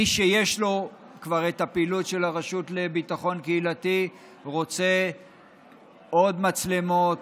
מי שיש לו כבר פעילות של הרשות לביטחון קהילתי רוצה עוד מצלמות,